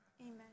Amen